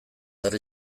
herri